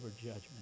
judgment